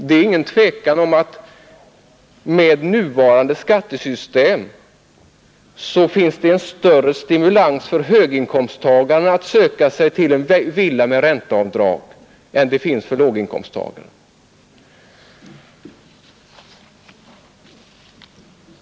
Det är inget tvivel om att det med nuvarande skattesystem finns en större stimulans för höginkomsttagaren att söka sig till en villa med möjlighet till ränteavdrag än för låginkomsttagaren.